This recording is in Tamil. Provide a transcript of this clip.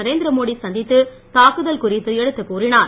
நரேந்திர மோடி சந்தித்து தாக்குதல் குறித்து எடுத்துக் கூறினார்